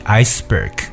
iceberg